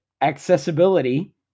accessibility